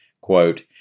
Quote